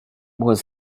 was